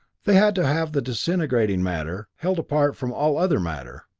they had to have the disintegrating matter held apart from all other matter.